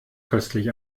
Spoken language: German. köstlich